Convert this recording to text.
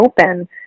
open